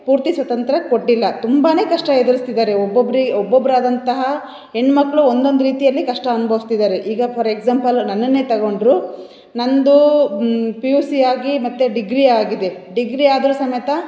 ಪೂರ್ತಿ ಸ್ವತಂತ್ರ ಕೊಟ್ಟಿಲ್ಲ ತುಂಬಾ ಕಷ್ಟ ಎದುರುಸ್ತಿದಾರೆ ಒಬ್ಬೊಬ್ರಿ ಒಬ್ಬೊಬ್ಬರಾದಂತಹ ಹೆಣ್ಣುಮಕ್ಳು ಒಂದೊಂದು ರೀತಿಯಲ್ಲಿ ಕಷ್ಟ ಅನ್ಬೌವಿಸ್ತಿದಾರೆ ಈಗ ಫಾರ್ ಎಕ್ಸಾಂಪಲ್ ನನ್ನನ್ನೇ ತೊಗೊಂಡರು ನನ್ನದು ಪಿ ಯು ಸಿ ಆಗಿ ಮತ್ತು ಡಿಗ್ರಿಯಾಗಿದೆ ಡಿಗ್ರಿ ಆದರು ಸಮೇತ